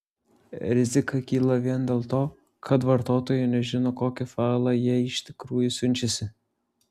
rizika kyla vien dėl to kad vartotojai nežino kokį failą jie iš tikrųjų siunčiasi